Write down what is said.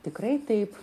tikrai taip